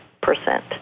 percent